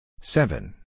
Seven